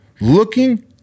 looking